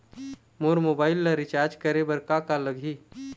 मोर mobile ला recharge करे बर का का लगही?